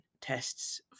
tests